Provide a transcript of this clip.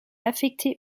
affecté